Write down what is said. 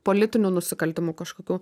politinių nusikaltimų kažkokių